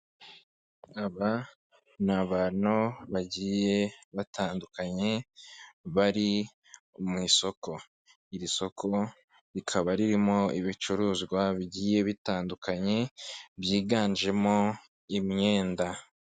Aba ni abantu bagiye batandukanye, bari mu isoko, iri soko rikaba ririmo ibicuruzwa bigiye bitandukanye, byiganjemo imyenda.